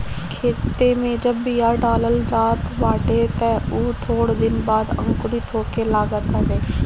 खेते में जब बिया डालल जात बाटे तअ उ थोड़ दिन बाद अंकुरित होखे लागत हवे